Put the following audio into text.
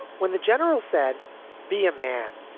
when the general said be a man,